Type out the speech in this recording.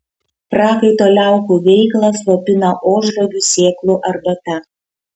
prakaito liaukų veiklą slopina ožragių sėklų arbata